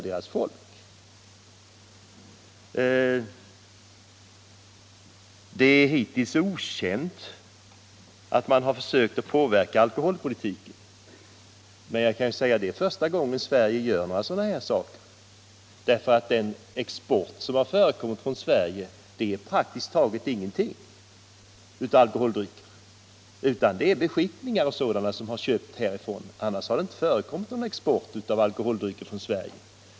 Det är hittills okänt att vi försökt påverka alkoholpolitiken i andra länder, säger handelsministern. Men detta är ju första gången som Sverige gör en sådan här sak. Den export av alkoholdrycker som hittills förekommit från Sverige är praktiskt taget ingen alls. Det är bara beskickningar och liknande som har köpt alkoholdrycker.